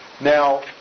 Now